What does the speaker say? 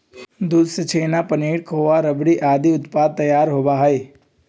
दूध से छेना, पनीर, खोआ, रबड़ी आदि उत्पाद तैयार होबा हई